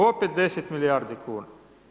Opet 10 milijardi kuna.